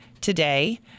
today